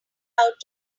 out